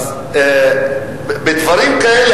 בדברים כאלה,